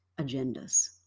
agendas